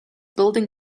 building